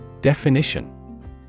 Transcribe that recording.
Definition